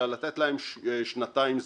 אלא לתת להם שנתיים זמן.